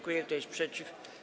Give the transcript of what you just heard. Kto jest przeciw?